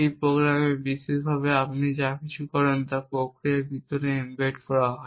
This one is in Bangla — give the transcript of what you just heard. সি প্রোগ্রামে বিশেষভাবে আপনি যা কিছু করেন তা প্রক্রিয়ার ভিতরে এমবেড করা হয়